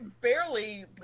barely